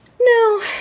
no